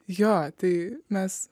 jo tai mes